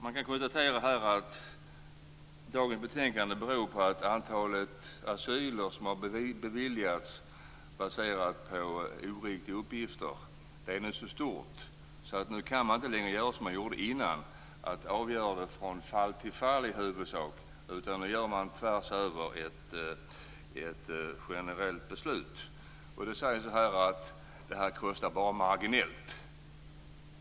Man kan konstatera att dagens betänkande beror på att antalet asyler som har beviljats baserat på oriktiga uppgifter nu är så stort att man inte länge kan göra som man gjorde innan, dvs. avgöra från fall till fall i huvudsak, utan nu fattar man ett generellt beslut tvärs över. Det sägs här att detta bara kostar marginellt.